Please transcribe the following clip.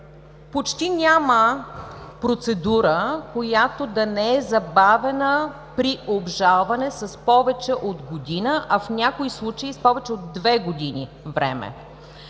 Почти няма процедура, която да не е забавена при обжалване с повече от година, а в някои случаи с повече от две години време.